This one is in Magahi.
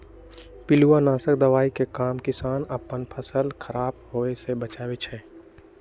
पिलुआ नाशक दवाइ के काम किसान अप्पन फसल ख़राप होय् से बचबै छइ